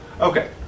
okay